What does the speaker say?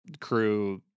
crew